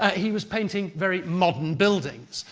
he was painting very modern buildings.